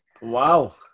Wow